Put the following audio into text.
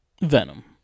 Venom